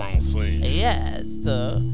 yes